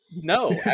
no